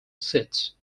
seeds